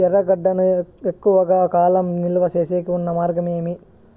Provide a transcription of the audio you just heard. ఎర్రగడ్డ ను ఎక్కువగా కాలం నిలువ సేసేకి ఉన్న మార్గం ఏమి?